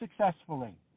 successfully